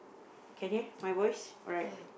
can hear my voice alright